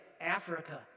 Africa